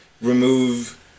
remove